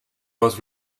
was